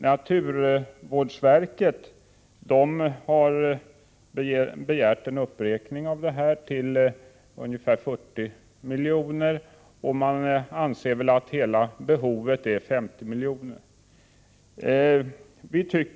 Naturvårdsverket har begärt en uppräkning av detta anslag till ungefär 40 milj.kr., och man anser att hela behovet är 50 milj.kr.